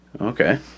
Okay